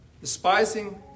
despising